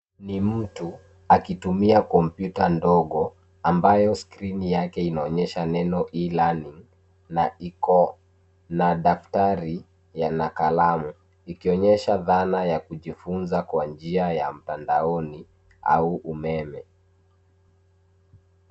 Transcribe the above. Ni mtu akitumia kompyuta ndogo ambayo skrini yake inaonyesha neno E-LEARNING na iko na daftari ya na kalamu ikionyesha dhana ya kujifunza kwa njia ya mtandaoni au umeme.